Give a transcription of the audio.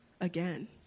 again